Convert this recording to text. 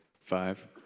five